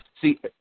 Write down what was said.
see